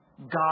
God